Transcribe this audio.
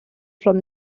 from